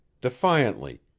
defiantly